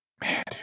Man